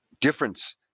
difference